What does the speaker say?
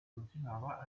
continuava